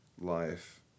life